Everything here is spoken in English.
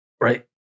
right